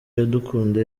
iradukunda